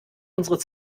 unsere